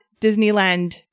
Disneyland